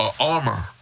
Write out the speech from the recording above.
armor